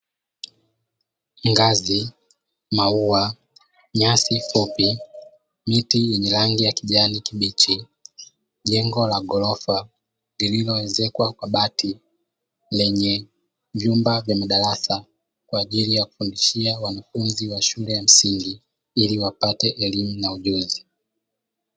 Ngazi, maua ,nyasi fupi ,miti yenye rangi ya kijani kibichi, jengo la ghorofa lililoezekwa kwa bahati lenye vyumba vya madarasa kwa ajili ya kufundishia wanafunzi wa shule ya msingi ili wapate elimu na ujuzi.